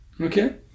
okay